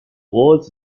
awards